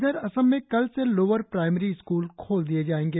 इधर असम में कल से लोअर प्राइमरी स्कूल खोल दिए जाएंगे